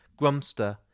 Grumster